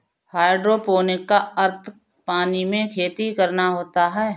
hydroponic का अर्थ पानी में खेती करना होता है